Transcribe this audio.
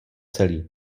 celý